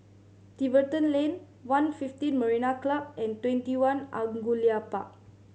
Tiverton Lane One fifteen Marina Club and TwentyOne Angullia Park